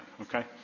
okay